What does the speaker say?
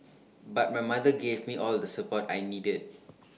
but my mother gave me all the support I needed